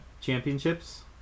championships